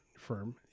firm